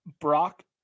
Brock